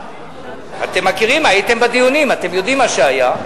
אתם מכירים, הייתם בדיונים, אתם יודעים מה שהיה.